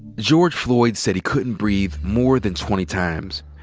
george floyd said he couldn't breathe more than twenty times,